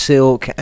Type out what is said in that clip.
Silk